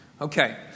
Okay